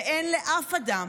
ואין לאף אדם,